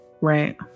Right